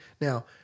Now